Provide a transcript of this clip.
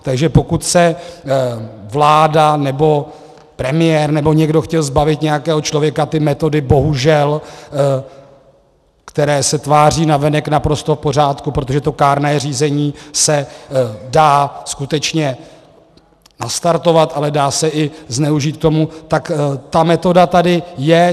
Takže pokud se vláda nebo premiér nebo někdo chtěl zbavit nějakého člověka, ty metody bohužel, které se tváří navenek naprosto v pořádku, protože to kárné řízení se dá skutečně nastartovat, ale dá se i zneužít k tomu, tak ta metoda tady je.